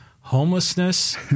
homelessness